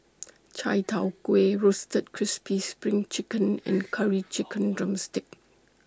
Chai Tow Kuay Roasted Crispy SPRING Chicken and Curry Chicken Drumstick